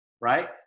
right